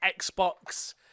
Xbox